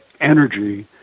energy